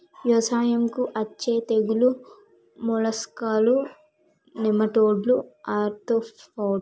వ్యవసాయంకు అచ్చే తెగుల్లు మోలస్కులు, నెమటోడ్లు, ఆర్తోపోడ్స్